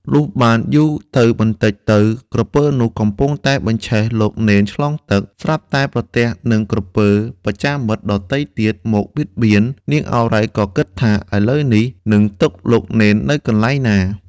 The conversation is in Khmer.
លុះបានយូរទៅបន្តិចទៅ ក្រពើ នោះកំពុងតែបញ្ឆេះលោកនេនឆ្លងទឹក ស្រាប់តែប្រទះនឹងក្រពើបច្ចាមិត្តដទៃទៀតមកបៀតបៀន នាងឱរ៉ៃ ក៏ គិតថា " ឥឡូវនេះនឹងទុកលោកនេននៅកន្លែងណា?" ។